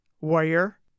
Warrior